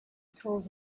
told